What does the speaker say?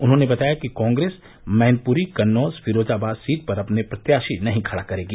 उन्होंने बताया कि कॉग्रेस मैनप्री कन्नौज फिरोजाबाद सीट पर अपने प्रत्याशी नही खड़ा करेगी